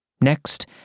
Next